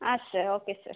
ಹಾಂ sir okay sir